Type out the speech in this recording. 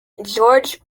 george